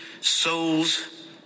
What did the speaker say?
souls